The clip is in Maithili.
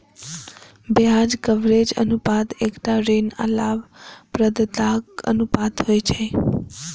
ब्याज कवरेज अनुपात एकटा ऋण आ लाभप्रदताक अनुपात होइ छै